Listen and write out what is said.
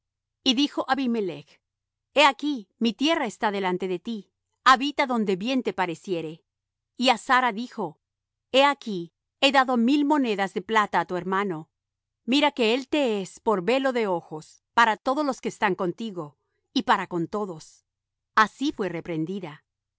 y dijo abimelech he aquí mi tierra está delante de ti habita donde bien te pareciere y á sara dijo he aquí he dado mil monedas de plata á tu hermano mira que él te es por velo de ojos para todos los que están contigo y para con todos así fué reprendida